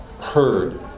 heard